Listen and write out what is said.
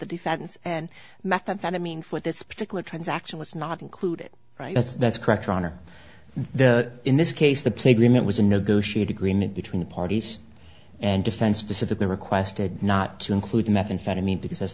the defense and methamphetamine for this particular transaction was not included right that's that's correct ron are there in this case the playground it was a negotiated agreement between parties and defense specifically requested not to include methamphetamine because